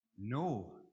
No